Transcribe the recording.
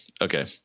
Okay